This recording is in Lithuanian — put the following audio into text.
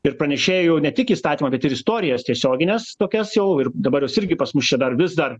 ir pranešėjų ne tik įstatymą bet ir istorijas tiesiogines tokias jau ir dabar jos irgi pas mus čia dar vis dar